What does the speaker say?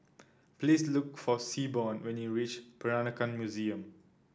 please look for Seaborn when you reach Peranakan Museum